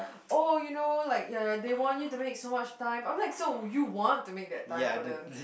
oh you know like ya they want you to make so much time I'm like so you want to make that time for them